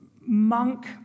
monk